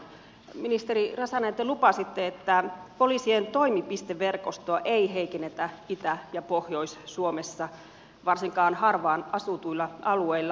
ministeri räsänen te lupasitte että poliisien toimipisteverkostoa ei heikennetä itä ja pohjois suomessa varsinkaan harvaan asutuilla alueilla